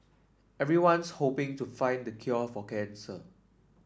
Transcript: everyone's hoping to find the cure for cancer